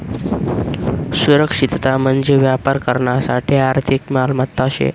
सुरक्षितता म्हंजी व्यापार करानासाठे आर्थिक मालमत्ता शे